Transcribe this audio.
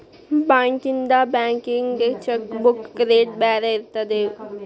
ಬಾಂಕ್ಯಿಂದ ಬ್ಯಾಂಕಿಗಿ cheque book rate ಬ್ಯಾರೆ ಇರ್ತದೇನ್